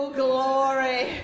glory